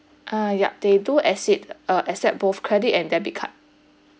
uh yup they do accipt~ uh accept both credit and debit card